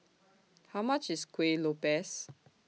How much IS Kuih Lopes